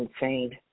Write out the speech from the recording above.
insane